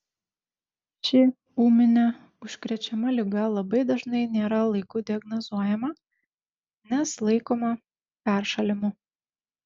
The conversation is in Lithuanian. ši ūminė užkrečiama liga labai dažnai nėra laiku diagnozuojama nes laikoma peršalimu